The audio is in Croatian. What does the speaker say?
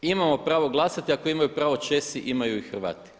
Imamo pravo glasati, ako imaju pravo Česi imaju i Hrvati.